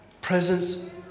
presence